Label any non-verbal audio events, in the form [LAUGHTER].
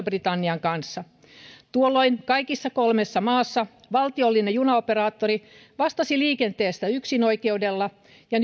[UNINTELLIGIBLE] britannian kanssa tuolloin kaikissa kolmessa maassa valtiollinen junaoperaattori vastasi liikenteestä yksinoikeudella ja [UNINTELLIGIBLE]